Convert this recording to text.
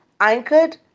anchored